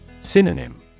Synonym